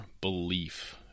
belief